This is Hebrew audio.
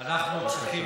אל תברח מהנושא.